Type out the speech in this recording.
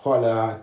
画了 ah